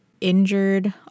injured